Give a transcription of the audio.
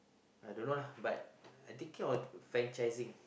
I don't know lah but I thinking of franchising